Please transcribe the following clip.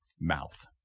mouth